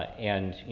and you